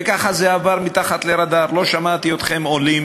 וככה זה עבר מתחת לרדאר, לא שמעתי אתכם עולים